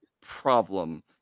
problem